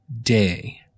day